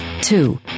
two